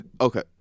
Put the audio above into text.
Okay